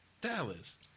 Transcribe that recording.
Dallas